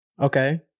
Okay